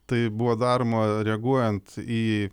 tai buvo daroma reaguojant į